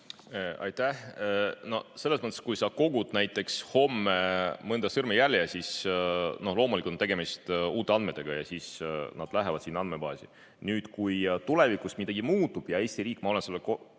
Aitäh! No selles mõttes, et kui sa kogud näiteks homme mõne sõrmejälje, siis loomulikult on tegemist uute andmetega ja siis need lähevad sinna andmebaasi. Nüüd, kui tulevikus midagi muutub ja – ma olen sellele